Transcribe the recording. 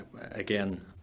again